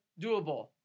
doable